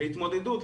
להתמודדות.